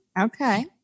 Okay